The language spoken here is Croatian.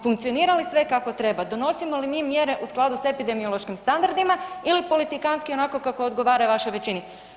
Funkcionira li sve kako treba, donosimo li mjere u skladu sa epidemiološkim standardima ili politikantski onako kako odgovara vašoj većini.